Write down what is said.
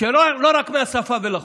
לא רק מהשפה ולחוץ.